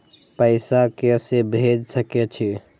पैसा के से भेज सके छी?